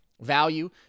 value